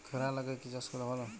খরা এলাকায় কি চাষ করলে ভালো?